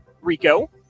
rico